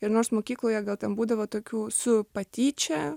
ir nors mokykloje gal ten būdavo tokių su patyčia